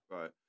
Right